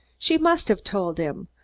she must have told him.